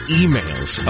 emails